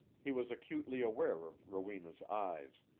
he was acutely aware of rowena's eyes.